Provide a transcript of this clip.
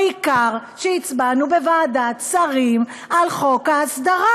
העיקר שהצבענו בוועדת שרים על חוק ההסדרה.